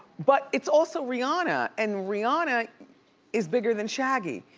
but it's also rihanna and rihanna is bigger than shaggy.